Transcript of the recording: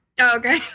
okay